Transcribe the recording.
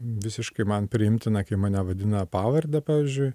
visiškai man priimtina kai mane vadina pavarde pavyzdžiui